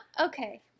okay